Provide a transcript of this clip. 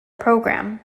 program